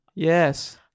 Yes